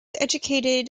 educated